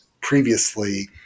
previously